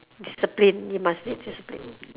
discipline you must need discipline